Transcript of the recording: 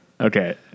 Okay